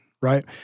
right